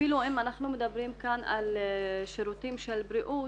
אפילו אם אנחנו מדברים כאן על שירותים של בריאות,